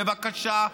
בבקשה,